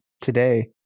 today